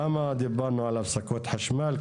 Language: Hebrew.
למה דיברנו על הפסקות חשמל?